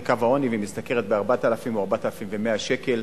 מתחת לקו העוני ומשתכרת 4,000 או 4,100 שקל.